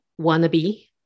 wannabe